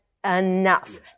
Enough